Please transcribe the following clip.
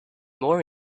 more